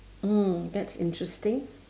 mm that's interesting